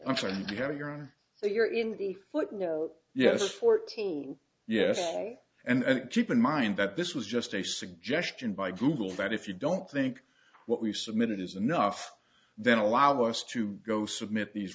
have your own so you're in the footnote yes fourteen yes ok and keep in mind that this was just a suggestion by google that if you don't think what we submitted is enough then allow us to go submit these